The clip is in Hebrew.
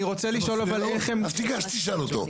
אבל אני רוצה לשאול איך הם --- אז תיגש ותשאל אותו.